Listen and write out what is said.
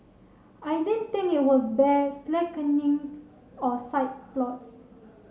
I didn't think it would bear slackening or side plots